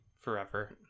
forever